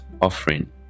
offering